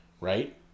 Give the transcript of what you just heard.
right